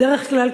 בדרך כלל,